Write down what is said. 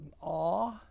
awe